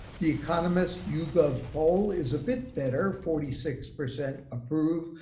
the economist yougov poll is a bit better. forty six percent approve,